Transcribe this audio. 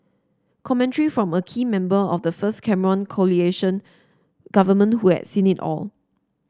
commentary from a key member of the first Cameron coalition government who at seen it all